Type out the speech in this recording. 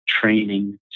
training